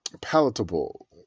palatable